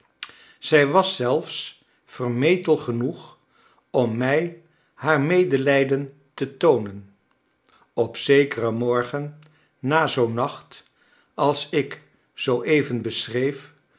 zij was zelfs vermetel genoeg om mij haar medelijden te toonen op zekeren morgen na zoo'n nacht als ik zoo even beschreef